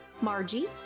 Margie